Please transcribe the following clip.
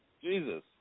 Jesus